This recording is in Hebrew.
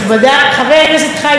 חבר הכנסת חיים ילין,